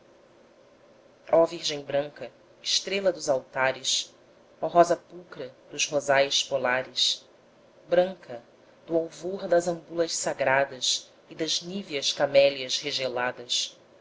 ó virgem branca estrela dos altares ó rosa pulcra dos rosais polares branca do alvor das ambulas sagradas e das níveas camélias regeladas